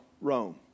Rome